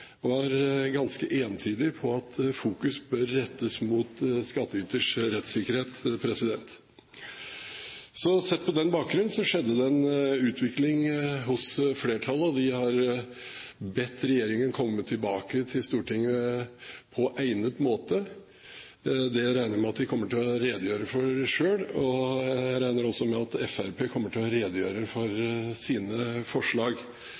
utvalget gikk ganske entydig i retning av at fokus bør rettes mot skattyters rettssikkerhet. Sett på den bakgrunn skjedde det en utvikling hos flertallet, og de har bedt regjeringen komme tilbake til Stortinget på egnet måte. Det regner jeg med at de kommer til å redegjøre for selv, og jeg regner også med at Fremskrittspartiet kommer til å redegjøre for sine forslag,